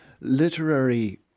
literary